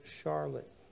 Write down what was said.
Charlotte